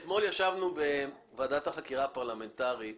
אתמול ישבנו בוועדת החקירה הפרלמנטרית